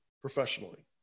professionally